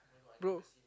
brother